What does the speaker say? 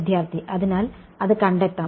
വിദ്യാർത്ഥി അതിനാൽ അത് കണ്ടെത്താം